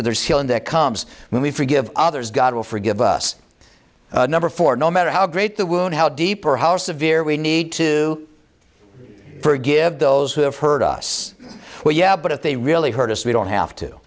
where there's healing that comes when we forgive others god will forgive us never for no matter how great the wound how deep or how severe we need to forgive those who have hurt us well yeah but if they really hurt us we don't have to